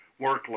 workload